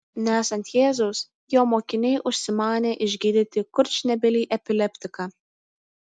nesant jėzaus jo mokiniai užsimanė išgydyti kurčnebylį epileptiką